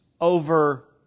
over